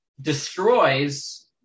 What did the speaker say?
destroys